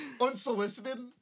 Unsolicited